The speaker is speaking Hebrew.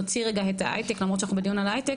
נוציא רגע את ההייטק למרות שאנחנו בדיון על ההייטק,